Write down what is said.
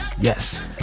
Yes